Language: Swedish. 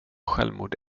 självmord